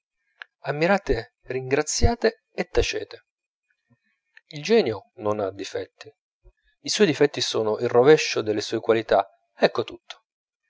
ammirate ringraziate e tacete il genio non ha difetti i suoi difetti sono il rovescio delle sue qualità ecco tutto